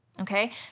Okay